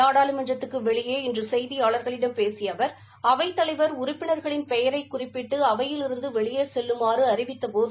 நாடாளுமன்றத்துக்கு வெளியே இன்று செய்தியாளா்களிடம் பேசிய அவா் அவைத்தலைவா் உறுப்பினர்களின் பெயரை குறிப்பிட்டு அவையிலிருந்து வெளியே செல்லுமாறு அறிவித்தபோது